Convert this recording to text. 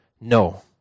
No